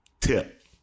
tip